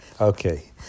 okay